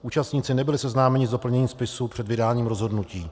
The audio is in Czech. Účastníci nebyli seznámeni s doplněním spisu před vydáním rozhodnutí.